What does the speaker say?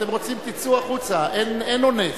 אתם רוצים, תצאו החוצה, אין אונס.